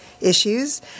issues